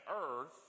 Earth